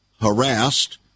harassed